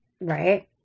Right